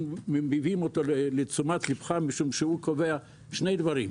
אנחנו מביאים אותו לתשומת ליבך משום שהוא קובע שני דברים,